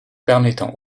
permettant